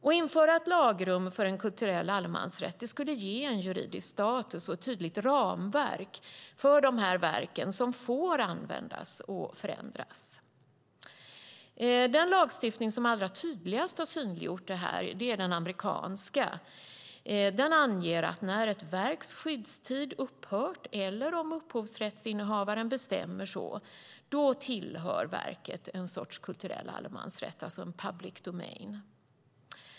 Att införa ett lagrum för en kulturell allemansrätt skulle ge en juridisk status och ett tydligt ramverk för de verk som får användas och förändras. Den lagstiftning som allra tydligast har synliggjort detta är den amerikanska. Den anger att när ett verks skyddstid upphört eller om upphovsrättsinnehavaren bestämmer så tillhör verket en sorts kulturell allemansrätt, public domain.